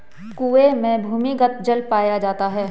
कुएं में भूमिगत जल पाया जाता है